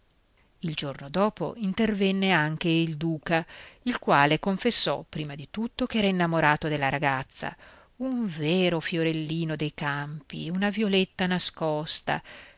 il giorno dopo intervenne anche il duca il quale confessò prima di tutto ch'era innamorato della ragazza un vero fiorellino dei campi una violetta nascosta